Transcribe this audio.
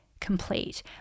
complete